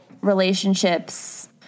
relationships